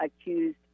accused